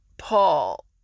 Paul